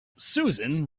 susan